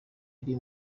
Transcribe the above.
iri